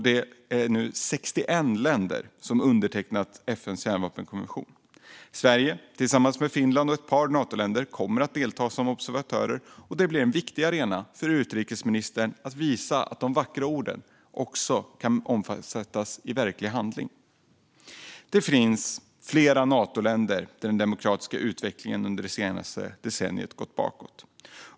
Det är nu 61 länder som undertecknat FN:s kärnvapenkonvention. Sverige kommer tillsammans med Finland och ett par Natoländer att delta som observatörer. Det blir en viktig arena för utrikesministern att visa att de vackra orden också kan omsättas i verklig handling. Det finns flera Natoländer där den demokratiska utvecklingen under det senaste decenniet har gått bakåt.